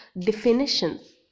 definitions